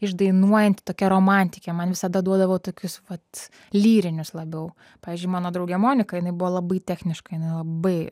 išdainuojanti tokia romantikė man visada duodavo tokius vat lyrinius labiau pavyzdžiui mano draugė monika jinai buvo labai techniška jinai labai